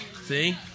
See